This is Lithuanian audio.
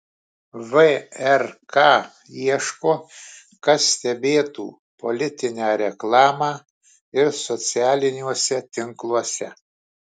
vrk ieško kas stebėtų politinę reklamą ir socialiniuose tinkluose